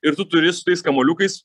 ir tu turi su tais kamuoliukais